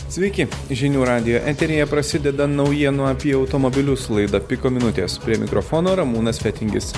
sveiki žinių radijo eteryje prasideda naujienų apie automobilius laida piko minutės prie mikrofono ramūnas fetingis